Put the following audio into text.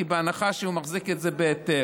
כי ההנחה שהוא מחזיק את זה בהיתר,